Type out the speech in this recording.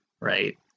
right